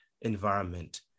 environment